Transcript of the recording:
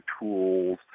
tools